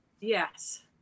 yes